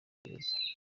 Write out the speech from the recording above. gereza